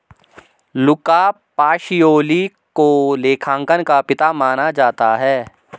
लुका Pacioli को लेखांकन का पिता माना जाता है